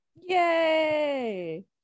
Yay